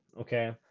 okay